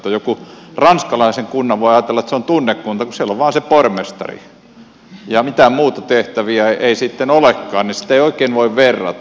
jostakin ranskalaisesta kunnasta voi ajatella että se on tunnekunta kun siellä on vain se pormestari ja mitään muita tehtäviä ei sitten olekaan sitä ei oikein voi verrata